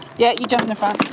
yeah, you jump in the front.